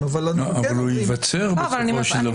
--- אבל הוא ייווצר בסופו של דבר.